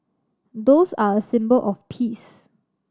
doves are a symbol of peace